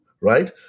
right